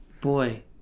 boy